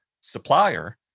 supplier